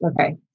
okay